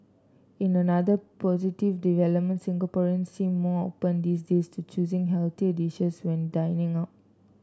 in another positive development Singaporeans seem more open these days to choosing healthier dishes when dining out